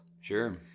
Sure